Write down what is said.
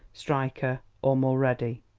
stryker or mulready.